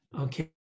Okay